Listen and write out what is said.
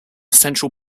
central